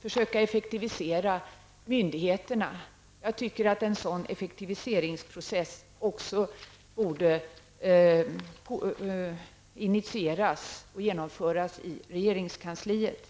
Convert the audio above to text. försöka effektivisera myndigheterna. Jag tycker att en sådan effektiviseringsprocess borde initieras och genomföras även i regeringskansliet.